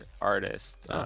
artist